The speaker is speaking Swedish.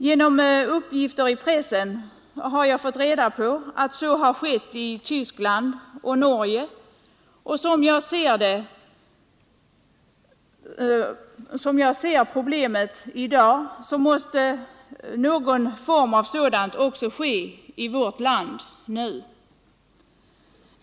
Genom uppgifter i pressen har jag fått reda på att så har skett i Tyskland och Norge, och som jag ser problemet i dag måste något sådant nu också ske i vårt land.